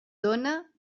dóna